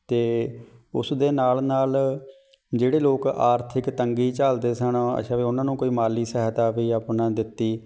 ਅਤੇ ਉਸ ਦੇ ਨਾਲ ਨਾਲ ਜਿਹੜੇ ਲੋਕ ਆਰਥਿਕ ਤੰਗੀ ਝੱਲਦੇ ਸਨ ਅੱਛਾ ਵੀ ਉਹਨਾਂ ਨੂੰ ਕੋਈ ਮਾਲੀ ਸਹਾਇਤਾ ਵਈ ਆਪਣਾ ਦਿੱਤੀ